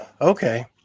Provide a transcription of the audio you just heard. Okay